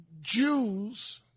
Jews